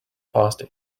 pasta